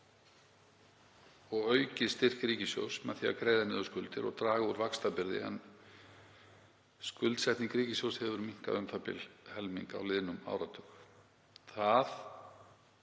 og aukið styrk ríkissjóðs með því að greiða niður skuldir og draga úr vaxtabyrði. Skuldsetning ríkissjóðs hefur minnkað um u.þ.b. helming á liðnum áratug. Það